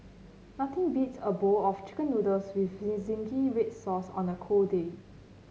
nothing beats a bowl of chicken noodles with zingy red sauce on a cold day